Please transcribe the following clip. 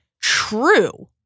true